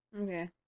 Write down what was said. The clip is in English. Okay